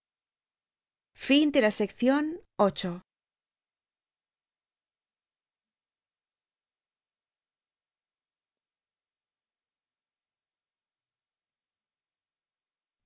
centro de la